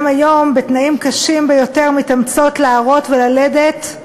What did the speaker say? היום בתנאים קשים ביותר מתאמצות להרות וללדת.